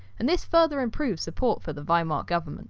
and this further improves support for the weimar government